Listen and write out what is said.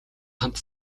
хамт